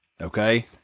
okay